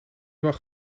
mag